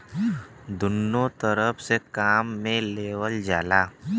दुन्नो तरफ से काम मे लेवल जाला